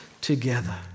together